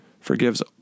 forgives